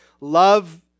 love